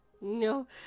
No